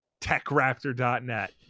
techraptor.net